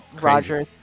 Roger